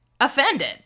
offended